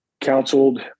counseled